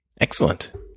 Excellent